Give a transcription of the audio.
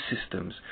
systems